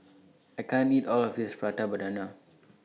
I can't eat All of This Prata Banana